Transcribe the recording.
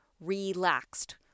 relaxed